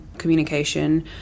communication